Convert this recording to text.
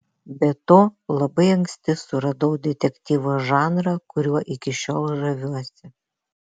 be to labai anksti suradau detektyvo žanrą kuriuo iki šiol žaviuosi